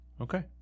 Okay